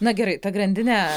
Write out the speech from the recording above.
na gerai ta grandinė